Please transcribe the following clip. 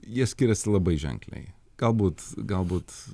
jie skiriasi labai ženkliai galbūt galbūt